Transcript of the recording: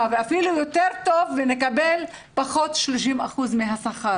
ואפילו בצורה יותר טובה ונקבל פחות 30 אחוזים מהשכר.